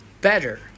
better